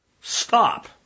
Stop